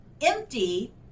empty